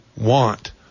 want